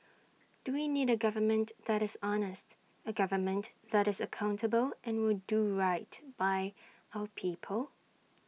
do we need A government that is honest A government that is accountable and will do right by our people